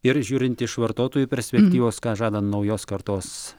ir žiūrint iš vartotojų perspektyvos ką žada naujos kartos